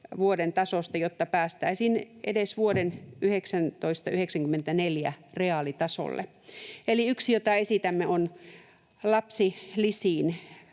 vuoden tasosta, jotta päästäisiin edes vuoden 1994 reaalitasolle. Eli yksi, jota esitämme, on lapsilisiin